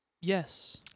Yes